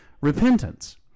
repentance